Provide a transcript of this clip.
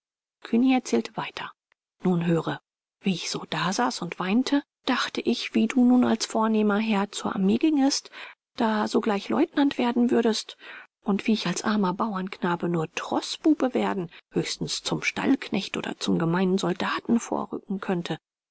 cugny erzählte weiter nun höre wie ich so da saß und weinte dachte ich wie du nun als ein vornehmer herr zur armee gingest da sogleich leutnant werden würdest und wie ich als ein armer bauernknabe nur troßbube werden höchstens zum stallknecht oder zum gemeinen soldaten vorrücken könnte